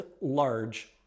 large